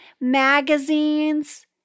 magazines